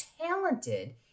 talented